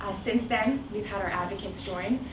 ah since then, we've had our advocates join.